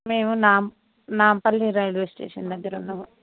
మేము నామ్ Nampally railway station దగ్గర ఉన్నాం అండి